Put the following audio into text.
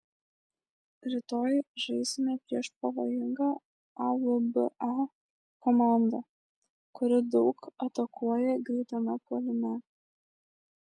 rytoj žaisime prieš pavojingą alba komandą kuri daug atakuoja greitame puolime